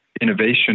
Innovation